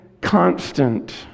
constant